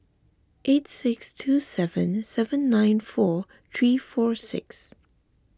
eight six two seven seven nine four three four six